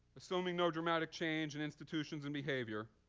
assuming no dramatic change in institutions and behavior,